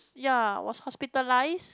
ya was hospitalized